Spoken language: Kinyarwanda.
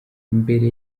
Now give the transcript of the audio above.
imbere